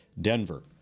Denver